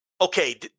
okay